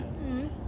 mm